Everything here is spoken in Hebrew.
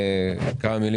בשמחה.